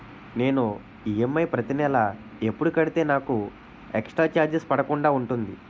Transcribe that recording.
నేను ఈ.ఎమ్.ఐ ప్రతి నెల ఎపుడు కడితే నాకు ఎక్స్ స్త్ర చార్జెస్ పడకుండా ఉంటుంది?